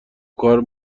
کار